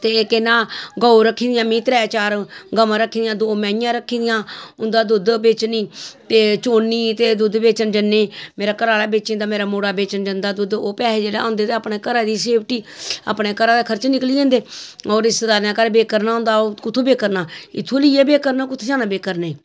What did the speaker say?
ते केह् नां गौ रक्खी दियां में त्रै चार गवां रक्खी दियां दो मैहियां रक्खी दियां उं'दा दुद्ध बेचनी ते चोह्न्नी ते दुद्ध बेचन जन्नी मेरा घरे आह्ला बेची औंदा मेरा मुड़ा जंदा दुद्ध ओह् पैसे जेह्ड़ा औंदे ते अपने घरे दी सेफ्टी अपने घरा दे खर्चे निकली जंदे होर रिश्तेदारें दे घर बेकरना होंदा ओह् कु'त्थूं बेकरना इत्थुं लेइयै बेकरना कु'त्थूं जाना बेकरने गी